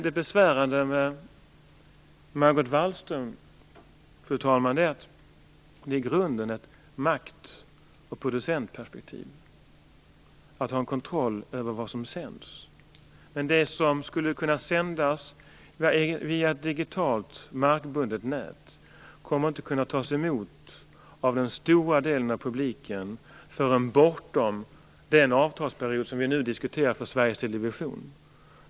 Det besvärande med Margot Wallström är att det i grunden är fråga om ett makt och producentperspektiv - det gäller att ha kontroll över vad som sänds. Men det som skulle kunna sändas via ett digitalt markbundet nät kommer inte att kunna tas emot av den stora delen av publiken förrän bortom den avtalsperiod som vi nu diskuterar för Sveriges Television.